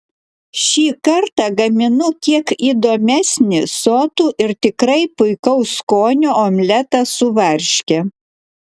šį kartą gaminu kiek įdomesnį sotų ir tikrai puikaus skonio omletą su varške